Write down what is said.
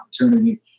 opportunity